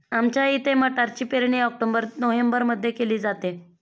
आमच्या इथे मटारची पेरणी ऑक्टोबर नोव्हेंबरमध्ये केली जाते